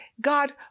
God